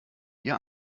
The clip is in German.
ihr